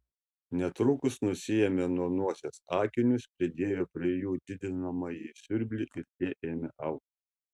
netrukus nusiėmė nuo nosies akinius pridėjo prie jų didinamąjį siurblį ir tie ėmė augti